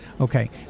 Okay